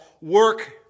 work